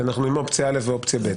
כי אנחנו עם אופציה א' ואופציה ב'.